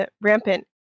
rampant